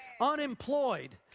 Unemployed